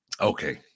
Okay